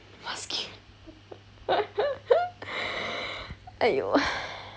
muscular !aiyo!